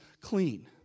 clean